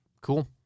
Cool